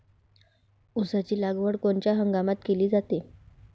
ऊसाची लागवड कोनच्या हंगामात केली जाते?